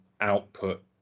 output